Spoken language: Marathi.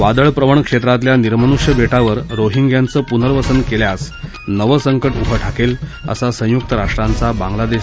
वादळ प्रवण क्षेत्रातल्या निर्मनुष्य बे वर रोहिंग्याचं पुनर्वसन केल्यास नवं संक उभं ठाकेल असा संयुक्त राष्ट्रांचा बांगलादेश